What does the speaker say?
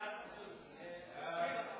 ההצעה להעביר